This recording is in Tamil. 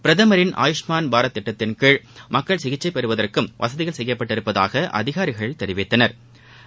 பிரதமரின் ஆயூஷ்மான் பாரத் திட்டத்தின் கீழ் மக்கள் சிகிச்சை பெறுவதற்கும் வசதிகள் செய்யப்பட்டுள்ளதாக அதிகாரிகள் தெரிவித்தனா்